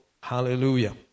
Hallelujah